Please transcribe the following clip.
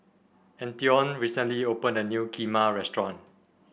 Antione recently opened a new Kheema restaurant